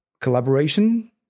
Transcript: collaboration